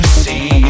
see